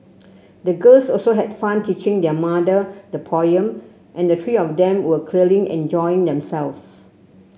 the girls also had fun teaching their mother the poem and the three of them were clearly enjoying themselves